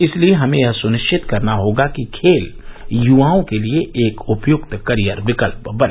इसलिये हमें यह सुनिश्चित करना होगा कि खेल युवाओं के लिये एक उपयुक्त करियर विकल्प बने